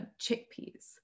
chickpeas